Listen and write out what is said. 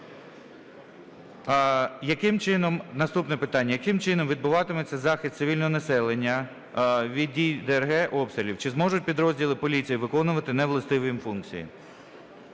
Наступне питання. Яким чином відбуватиметься захист цивільного населення від дій ДРГ обстрілів, чи зможуть підрозділи поліції виконувати невластиві їм функції?